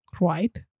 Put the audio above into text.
Right